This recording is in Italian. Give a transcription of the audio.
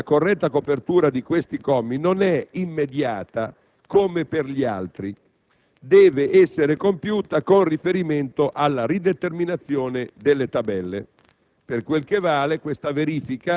questi commi perché la verifica della loro corretta copertura non è immediata, come per gli altri, ma dev'essere compiuta con riferimento alla rideterminazione delle tabelle.